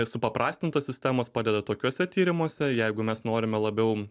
supaprastintos sistemos padeda tokiuose tyrimuose jeigu mes norime labiau